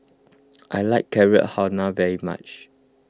I like Carrot Halwa very much